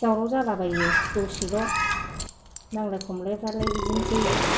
दावराव जालाबायो दसेल' नांलाय खमलायफ्रालाय बिदिनोसै